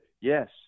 yes